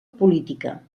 política